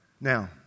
now